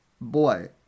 boy